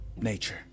nature